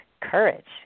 Courage